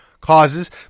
causes